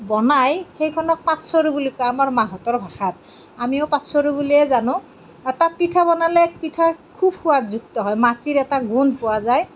বনাই সেইখনক পাটচৰু বুলি কয় আমাৰ মাহঁতৰ ভাষাত আমিও পাটচৰু বুলিয়ে জানো আৰু তাত পিঠা বনালে পিঠা খুব সোৱাদযুক্ত হয় মাটিৰ এটা গোন্ধ পোৱা যায়